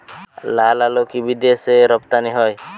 লালআলু কি বিদেশে রপ্তানি হয়?